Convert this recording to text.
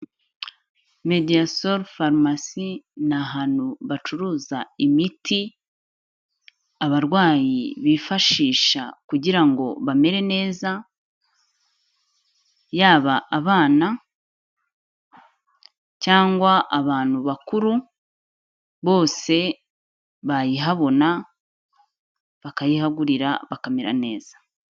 Mediasol pharmacy ni ahantu bacuruza imiti abarwayi bifashisha kugira ngo bamere neza, yaba abana cyangwa abantu bakuru, bose bayihabona bakayihagurira, bakamera neza.